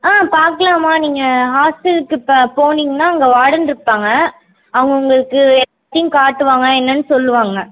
ஆ பார்க்கலாம்மா நீங்கள் ஹாஸ்டலுக்கு இப்போ போனீங்கன்னா அங்கே வார்டன் இருப்பாங்கள் அவங்க உங்களுக்கு எப்படின்னு காட்டுவாங்கள் என்னென்னு சொல்லுவாங்கள்